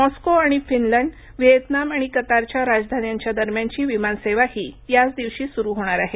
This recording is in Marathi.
मॉस्को आणि फिनलंड व्हिएतनाम आणि कतारच्या राजधान्यांच्या दरम्यानची विमान सेवाही याचं दिवशी सुरू होणार आहे